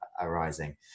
arising